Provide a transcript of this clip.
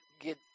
get